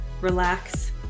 relax